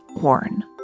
horn